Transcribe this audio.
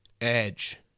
Edge